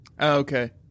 Okay